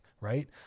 right